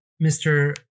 Mr